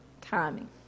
timing